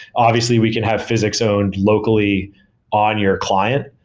obviously we can have physics owned locally on your client.